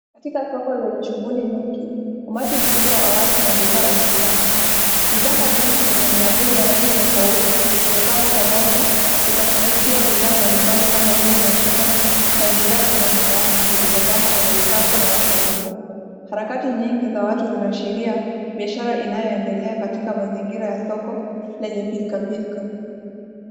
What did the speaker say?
Katika soko lenye shughuli nyingi, umati mkubwa wa watu na bidhaa umejaa. Vibanda vingi vyenye miavuli ya rangi tofauti imepangwa pamoja ikafunikiwa bidhaa mbalimbali kama vile matunda na bidhaa za nyumbani zilizopangwa kwenye vikapu au sanduku. Harakati nyingi za watu zinaashiria biashara inayoendelea katika mazingira ya soko lenye pilka pilka.